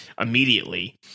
immediately